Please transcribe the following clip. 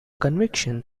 conviction